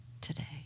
today